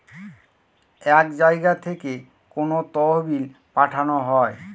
এক জায়গা থেকে কোনো তহবিল পাঠানো হয়